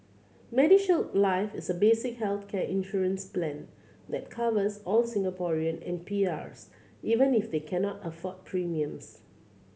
MediShield Life is a basic healthcare insurance plan that covers all Singaporeans and PRs even if they cannot afford premiums